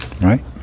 Right